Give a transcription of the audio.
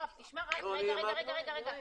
יואב, תשמע, רגע, רגע, רגע.